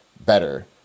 better